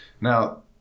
Now